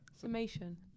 Summation